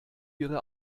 ihre